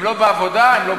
הם לא בעבודה, הם לא בצבא.